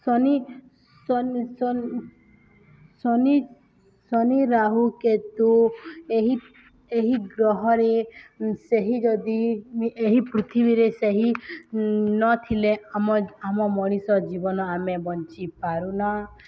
ଶନି ଶନି ରାହୁ କେତୁ ଏହି ଏହି ଗ୍ରହରେ ସେହି ଯଦି ଏହି ପୃଥିବୀରେ ସେହି ନଥିଲେ ଆମ ଆମ ମଣିଷ ଜୀବନ ଆମେ ବଞ୍ଚିପାରୁନା